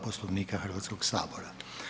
Poslovnika Hrvatskoga sabora.